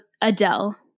Adele